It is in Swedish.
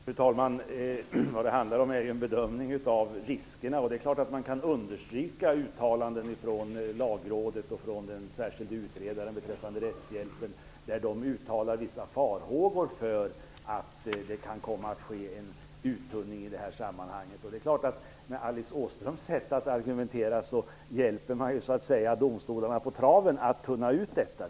Fru talman! Det handlar om en bedömning av riskerna. Det är klart att man kan understryka uttalanden från Lagrådet och från den särskilda utredaren av rättshjälpen, som har uttalat vissa farhågor för att det kan komma att ske en uttunning i det här sammanhanget. Men Alice Åströms sätt att argumentera hjälper så att säga domstolarna på traven med att tunna ut detta.